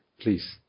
please